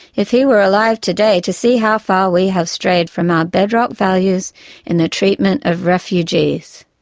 if he were alive today to see how far we have strayed from our bedrock values in the treatment of refugees.